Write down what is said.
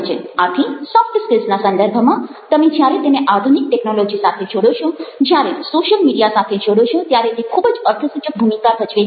આથી સોફ્ટ સ્કિલ્સના સંદર્ભમાં તમે જ્યારે તેને આધુનિક ટેકનોલોજિ સાથે જોડો છો જ્યારે સોશિયલ મીડિયા સાથે જોડો છો ત્યારે તે ખૂબ જ અર્થસૂચક ભૂમિકા ભજવે છે